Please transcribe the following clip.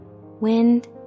Wind